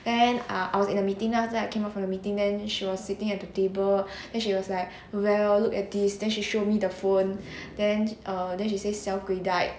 then I I was in a meeting then after that came out from the meeting then she was sitting at the table then she was like val look at these then she show me the phone then uh then she say 小鬼 died